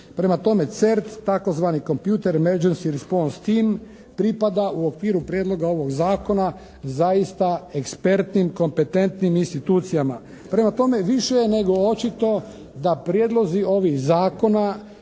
Prema tome CERT takozvani Computer Emergency Response Team pripada u okviru prijedloga ovog zakona zaista ekspertnim, kompetentnim institucijama. Prema tome više je nego očito da prijedlozi ovih zakona